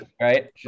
right